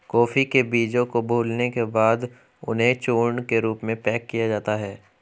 coffee के बीजों को भूलने के बाद उन्हें चूर्ण के रूप में पैक किया जाता है